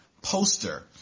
poster